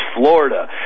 Florida